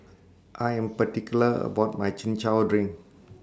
I Am particular about My Chin Chow Drink